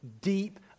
deep